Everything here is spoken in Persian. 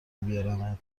بیارمت